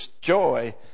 joy